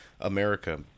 America